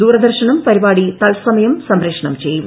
ദൂരദർശനും പരിപാടി തൽസമയം സംപ്രേഷണം ചെയ്യും